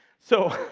so